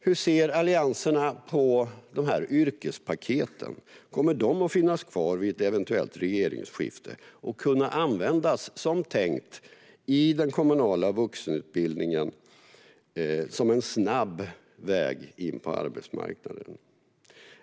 Hur ser allianspartierna på yrkespaketen? Kommer de att finnas kvar vid ett eventuellt regeringsskifte? Och kommer de i så fall att kunna användas som det är tänkt i den kommunala vuxenutbildningen, som en snabb väg in på arbetsmarknaden?